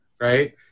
right